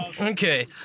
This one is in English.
Okay